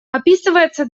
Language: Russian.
описывается